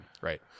right